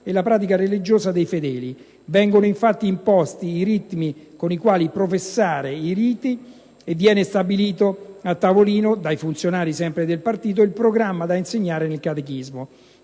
e la pratica religiosa dei fedeli. Vengono infatti imposti i ritmi con i quali professare i riti e viene stabilito a tavolino, dai funzionari del partito, il programma da insegnare nel catechismo.